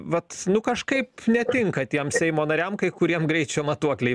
vat nu kažkaip netinka tiem seimo nariam kuriem greičio matuokliai